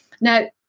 Now